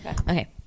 Okay